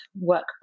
work